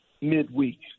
midweek